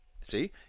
See